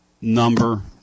number